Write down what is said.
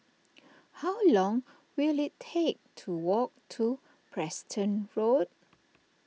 how long will it take to walk to Preston Road